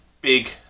big